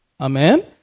Amen